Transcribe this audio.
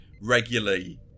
regularly